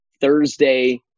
Thursday